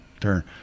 turn